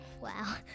wow